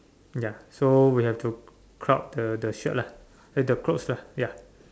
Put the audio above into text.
ya so we have to crop the the shirt lah eh the clothes lah ya